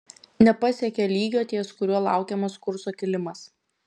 nepasiekė lygio ties kuriuo laukiamas kurso kilimas